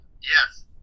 Yes